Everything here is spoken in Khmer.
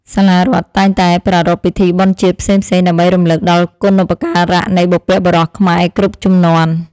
សាលារដ្ឋតែងតែប្រារព្ធពិធីបុណ្យជាតិផ្សេងៗដើម្បីរំលឹកដល់គុណូបការៈនៃបុព្វបុរសខ្មែរគ្រប់ជំនាន់។